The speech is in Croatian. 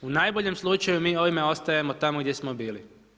U najboljem slučaju mi ovime ostajemo tamo gdje smo bili.